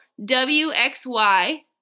WXY